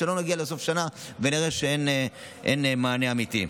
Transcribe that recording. שלא נגיע לסוף שנה ונראה שאין מענה אמיתי.